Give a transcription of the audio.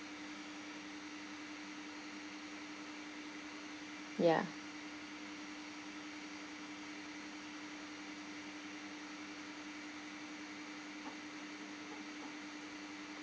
ya